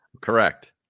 Correct